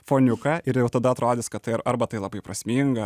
foniuką ir jau tada atrodys kad tai ar arba tai labai prasminga